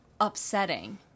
upsetting